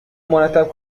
مرتب